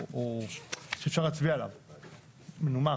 משהו שאפשר להצביע עליו והוא מנומק.